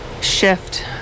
shift